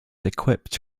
equipped